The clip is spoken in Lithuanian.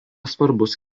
svarbus